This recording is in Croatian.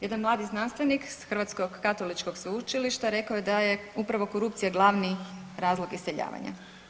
Jedan mladi znanstvenik s Hrvatskog katoličkog sveučilišta rekao je da je upravo korupcija glavni razlog iseljavanja.